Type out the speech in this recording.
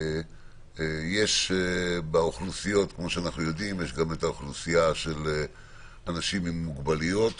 יש אוכלוסייה של אנשים עם מוגבלויות